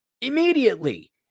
Immediately